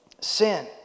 sin